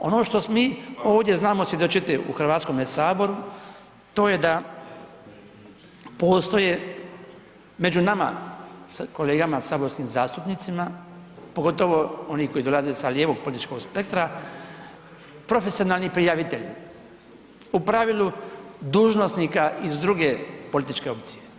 Ono što mi ovdje znamo svjedočiti u Hrvatskome saboru, to je da postoje među nama kolegama saborskim zastupnicima, pogotovo onih koji dolaze sa lijevog političkog spektra, profesionalni prijavitelji, u pravilu dužnosnika iz druge političke opcije.